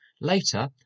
Later